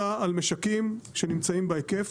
אלא על משקים שנמצאים בהיקף,